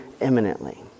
imminently